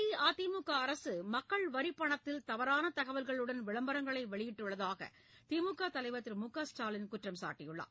அஇஅதிமுக அரசு மக்கள் வரிப் பணத்தில் தவறான தகவல்களுடன் விளம்பரங்களை வெளியிட்டுள்ளதாக திமுக தலைவர் திரு மு க ஸ்டாலின் குற்றம் சாட்டியுள்ளார்